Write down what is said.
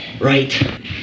Right